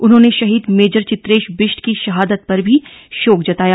उन्होंने शहीद मेजर चित्रेश बिष्ट की शहादत पर भी शोक जताया